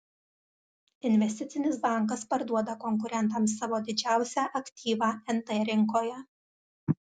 investicinis bankas parduoda konkurentams savo didžiausią aktyvą nt rinkoje